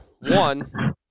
One